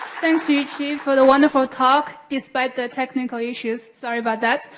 thanks, yuqi for the wonderful talk, despite the technical issues. sorry about that.